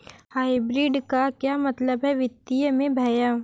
Hybrid का क्या मतलब है वित्तीय में भैया?